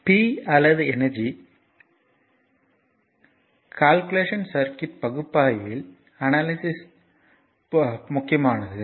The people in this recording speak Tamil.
P அல்லது எனர்ஜி கால்குலேஷன் சர்க்யூட் பகுப்பாய்வில் முக்கியமானது